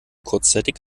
kurzzeitig